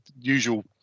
usual